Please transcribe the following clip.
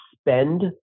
spend